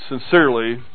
Sincerely